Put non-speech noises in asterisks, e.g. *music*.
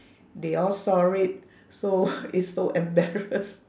they all saw it so *breath* it's so embarass